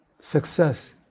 success